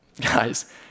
Guys